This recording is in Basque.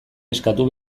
eskatu